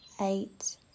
Eight